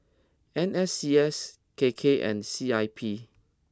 N S C S K K and C I P